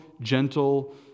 gentle